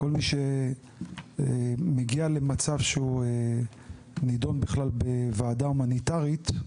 כל מי שמגיע למצב שהוא נידון בכלל בוועדה הומניטרית,